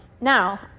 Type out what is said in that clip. Now